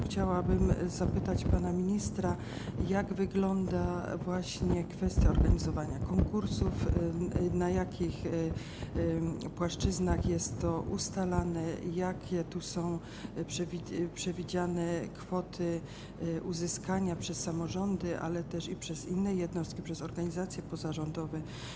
Chciałabym zapytać pana ministra, jak wygląda kwestia organizowania konkursów, na jakich płaszczyznach jest to ustalane, jakie są przewidziane kwoty do uzyskania przez samorządy, ale też przez inne jednostki, przez organizacje pozarządowe.